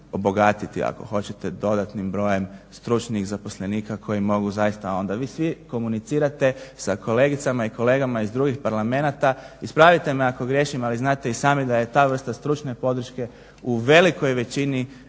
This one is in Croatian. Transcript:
obogatiti ako hoćete dodatnim brojem stručnih zaposlenika koji mogu zaista onda. Vi svi komunicirate sa kolegicama i kolegama iz drugih parlamenata, ispravite me ako griješim, ali znate i sami da je ta vrsta stručne podrške u velikoj većini